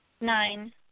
Nine